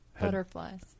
Butterflies